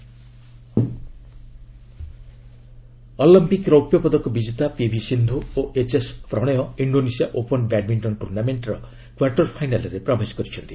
badminton Olympic ରୌପ୍ୟପଦକ ବିଜେତା PV Sindhu ଓ HS Prannoy Indonesia Open badminton ଟୁର୍ଷାମେଣ୍ଟର କ୍ୱାର୍ଟର ଫାଇନାଲ୍ରେ ପ୍ରବେଶ କରିଛନ୍ତି